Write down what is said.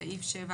סעיף קטן